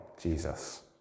Jesus